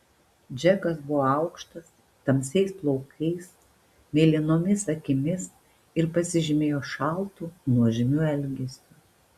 džekas buvo aukštas tamsiais plaukais mėlynomis akimis ir pasižymėjo šaltu nuožmiu elgesiu